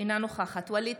אינה נוכחת ווליד